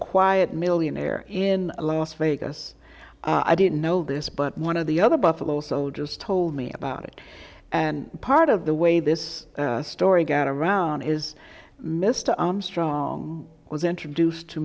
quiet millionaire in las vegas i didn't know this but one of the other buffalo soldiers told me about it and part of the way this story got around is mr armstrong was introduced to